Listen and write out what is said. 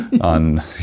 on